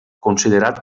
considerat